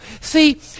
see